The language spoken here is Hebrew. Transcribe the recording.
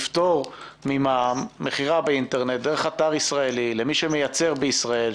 לפטור ממע"מ מכירה באינטרנט דרך אתר ישראלי למי שמייצר בישראל,